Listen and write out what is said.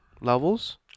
levels